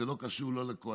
זה לא קשור לא לקואליציה,